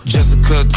Jessica